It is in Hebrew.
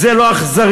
זה לא אכזריות?